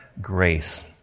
Grace